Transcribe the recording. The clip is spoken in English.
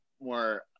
more